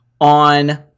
on